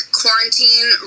quarantine